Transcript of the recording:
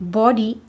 body